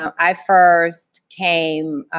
i first came,